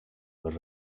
per